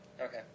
Okay